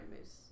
moose